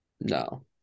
No